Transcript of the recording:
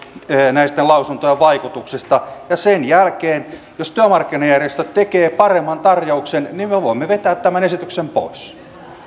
näitten lausuntojen vaikutuksista ja sen jälkeen jos työmarkkinajärjestöt tekevät paremman tarjouksen me voimme vetää tämän esityksen pois